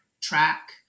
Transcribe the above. track